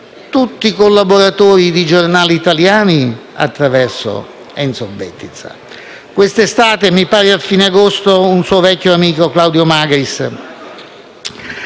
tutti collaboratori di giornali italiani attraverso Enzo Bettiza. Quest'estate - mi pare a fine agosto - un suo vecchio amico, Claudio Magris,